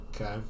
Okay